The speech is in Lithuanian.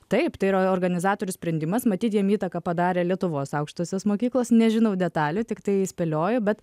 taip tai yra organizatorių sprendimas matyt jiem įtaką padarė lietuvos aukštosios mokyklos nežinau detalių tiktai spėlioju bet